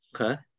Okay